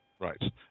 Right